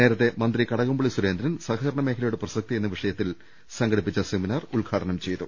നേരത്തെ മന്ത്രി കട കംപളളി സുരേന്ദ്രൻ സഹകരണ മേഖലയുടെ പ്രസക്തി എന്ന വിഷയ ത്തിൽ സംഘടിപ്പിച്ച സെമിനാർ ഉദ്ഘാടനം ചെയ്തു